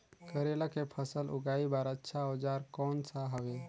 करेला के फसल उगाई बार अच्छा औजार कोन सा हवे?